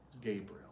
Gabriel